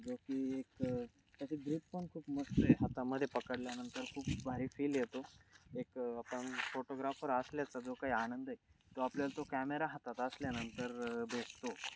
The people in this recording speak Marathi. जो की एक त्याची ग्रिप पण खूप मस्त आहे हातामध्ये पकडल्यानंतर खूप भारी फील येतो एक आपण फोटोग्राफर असल्याचा जो काही आनंद आहे तो आपल्याला तो कॅमेरा हातात असल्यानंतर भेटतो